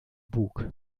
bug